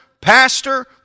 pastor